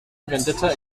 vendetta